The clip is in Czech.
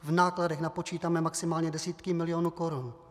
V nákladech napočítáme maximálně desítky milionů korun.